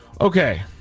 Okay